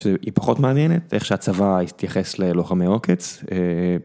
‫שהיא פחות מעניינת, איך שהצבא ‫התייחס ללוחמי עוקץ...